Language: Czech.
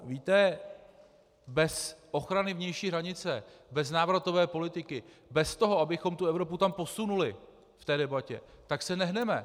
Víte, bez ochrany vnější hranice, bez návratové politiky, bez toho, abychom tu Evropu tam posunuli v té debatě, tak se nehneme.